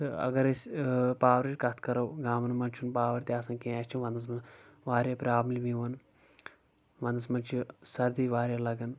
تہٕ اگر أسۍ پاورٕچ کتھ کرو گامن منٛز چھُنہٕ پاور تہِ آسن کیٚنٛہہ اَسہِ چھ ونٛدس منٛز واریاہ پرٛابلم یِوان ونٛدس منٛز چھ سردی واریاہ لگان